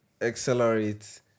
Accelerate